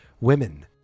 Women